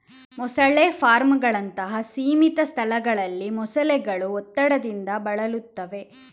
ಮೊಸಳೆ ಫಾರ್ಮುಗಳಂತಹ ಸೀಮಿತ ಸ್ಥಳಗಳಲ್ಲಿ ಮೊಸಳೆಗಳು ಒತ್ತಡದಿಂದ ಬಳಲುತ್ತವೆ